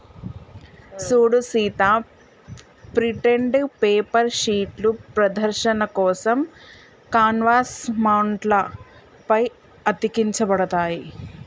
సూడు Sita printed paper షీట్లు ప్రదర్శన కోసం కాన్వాస్ మౌంట్ల పై అతికించబడతాయి